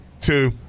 two